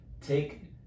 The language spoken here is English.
Take